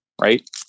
right